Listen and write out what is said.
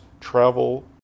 Travel